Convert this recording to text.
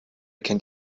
kennt